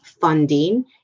funding